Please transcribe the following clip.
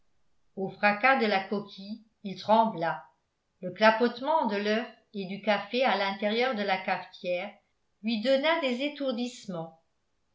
au fracas de la coquille il trembla le clapotement de l'œuf et du café à l'intérieur de la cafetière lui donna des étourdissements